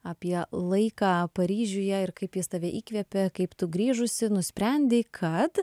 apie laiką paryžiuje ir kaip jis tave įkvėpė kaip tu grįžusi nusprendei kad